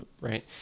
right